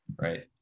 right